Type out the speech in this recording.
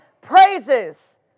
praises